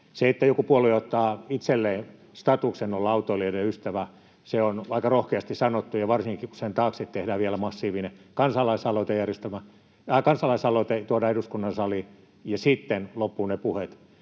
Se, että joku puolue ottaa itselleen statuksen olla autoilijoiden ystävä, on aika rohkeasti sanottu, varsinkin, kun sen taakse tehdään vielä massiivinen kansalaisaloite, joka tuodaan eduskunnan saliin, ja sitten loppuvat ne puheet.